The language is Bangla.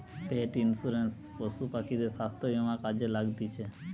পেট ইন্সুরেন্স পশু পাখিদের স্বাস্থ্য বীমা কাজে লাগতিছে